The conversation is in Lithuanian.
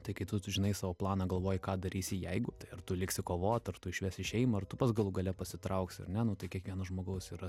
tai kai tu žinai savo planą galvoji ką darysi jeigu tai ar tu liksi kovot ar tu išvesi šeimą ar tu pats galų gale pasitrauksi ar ne nu tai kiekvieno žmogaus yra